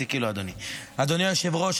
אדוני היושב-ראש,